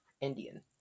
Indian